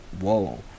whoa